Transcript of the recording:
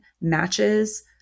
matches